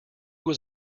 was